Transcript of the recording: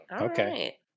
Okay